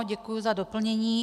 Děkuji za doplnění.